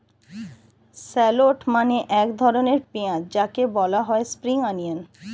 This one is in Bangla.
শ্যালোট মানে এক ধরনের পেঁয়াজ যাকে বলা হয় স্প্রিং অনিয়ন